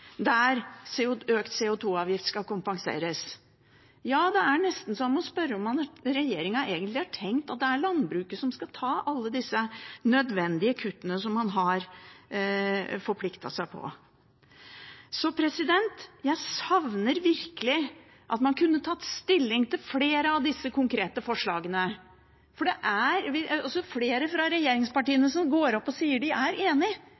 der økt CO 2 -avgift skal kompenseres. Ja, det er nesten så en må spørre om regjeringen egentlig har tenkt at det er landbruket som skal ta alle disse nødvendige kuttene som man har forpliktet seg til. Jeg savner virkelig at man kunne tatt stilling til flere av disse konkrete forslagene. Det er flere fra regjeringspartiene som går opp og sier at de er